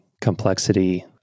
complexity